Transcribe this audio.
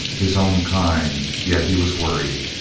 his own kind, yet he was worried,